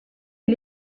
est